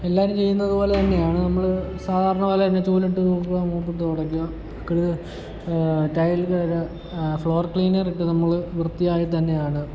എല്ലാവരും ചെയ്യുന്നത് പോലെ തന്നെയാണ് നമ്മൾ സാധാരണ പോലെ തന്നെ ചൂലെടുത്ത് തൂക്കുവോം മോപ്പെടുത്ത് തുടക്കുവോം നമ്മൾ ടൈല് ഫ്ലോർ ക്ളീനറ് ഇട്ട് നമ്മൾ വൃത്തിയായി തന്നെയാണ്